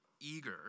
eager